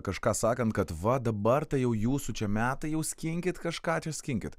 kažką sakant kad va dabar tai jau jūsų čia metai jau skinkit kažką čia skinkit